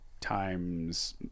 Times